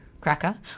Cracker